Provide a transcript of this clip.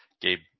Gabe